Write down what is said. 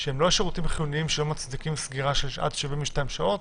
שהם לא שירותים חיוניים שהיו מצדיקים סגירה של עד 72 שעות